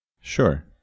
Sure